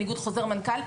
זה בניגוד חוזר מנכ"ל,